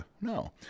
No